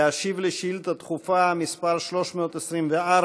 להשיב על שאילתה דחופה מס' 324,